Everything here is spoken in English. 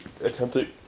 attempting